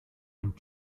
dem